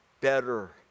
better